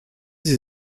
sie